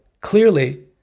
clearly